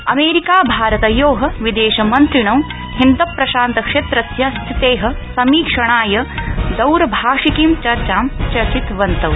अमेरिकाभारतयो विदेश मन्त्रिणौ हिन्दप्रशान्तक्षेत्रस्य स्थिते समीक्षणाय दौरभाषिकीं चर्चा चर्चितवन्तौ